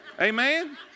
Amen